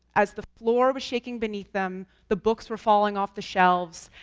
as the floor was shaking beneath them, the books were falling off the shelves,